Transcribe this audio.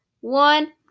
one